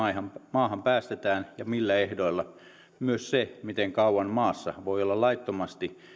maahan päästetään ja millä ehdoilla ja myös se miten kauan maassa voi olla laittomasti